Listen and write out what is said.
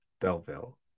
Belleville